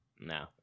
No